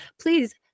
please